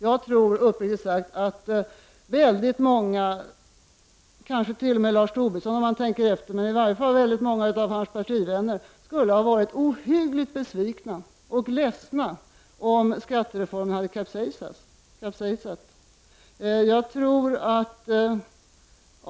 Jag tror uppriktigt sagt att väldigt många — kanske t.o.m. Lars Tobisson om han tänker efter, och i varje fall många av hans partivänner — skulle ha blivit ohyggligt besvikna och ledsna om skattereformen hade kapsejsat.